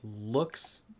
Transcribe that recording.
looks